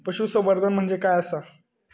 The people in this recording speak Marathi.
पशुसंवर्धन म्हणजे काय आसा?